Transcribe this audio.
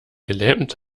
gelähmt